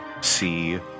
see